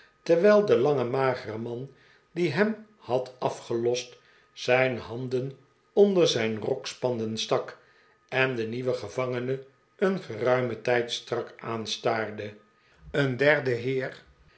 terwijl de lange magere man die hem had afgelost zijn handen onder zijn rokspanden stak en den nieuwen gevangene een geruimen tijdstrak aanstaarde een derde heer